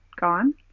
gone